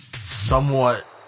somewhat